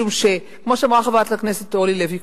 משום שכמו שאמרה קודם חברת הכנסת אורלי לוי,